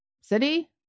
city